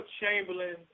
Chamberlain